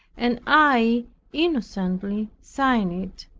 and i innocently signed it,